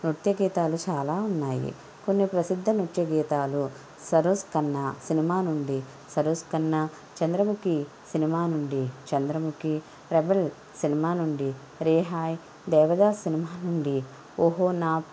నృత్య గీతాలు చాలా ఉన్నాయి కొన్ని ప్రసిద్ధ నృత్య గీతాలు సరోజ్ కన్నా సినిమా నుండి సరోజ్ కన్నా చంద్రముఖి సినిమా నుండి చంద్రముఖి రెబల్ సినిమా నుండి రీహాయ్ దేవదాస్ సినిమా నుండి ఓహోనాథ్